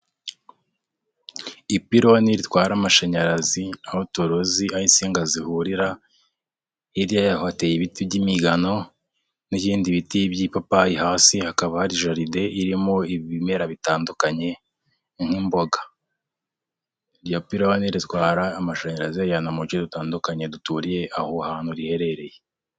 Ipironi ritwara amashanyarazi aho turuzi aho asinga zihurira, hirya yaho hateye ibiti by'imigano n'ibindi biti by'ipapayi, hasi hakaba hari jaride irimo ibimera bitandukanye nk'imboga, iryo pironi ritwara amashanyarazi riyajyana mu duce dutandukanye duturiye aho hantu riherereye.